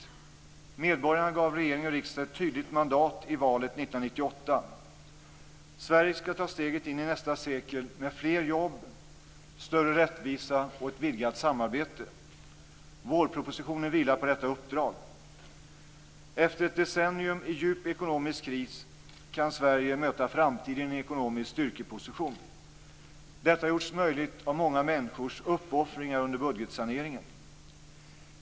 Medborgarna gav regering och riksdag ett tydligt mandat i valet 1998. Sverige skall ta steget in i nästa sekel med fler jobb, större rättvisa och ett vidgat samarbete. Vårpropositionen vilar på detta uppdrag. Efter ett decennium i djup ekonomisk kris kan Sverige möta framtiden i en ekonomisk styrkeposition. Detta har gjorts möjligt av många människors uppoffringar under budgetsaneringen.